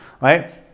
right